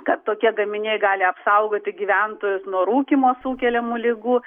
kad tokie gaminiai gali apsaugoti gyventojus nuo rūkymo sukeliamų ligų